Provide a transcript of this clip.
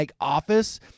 office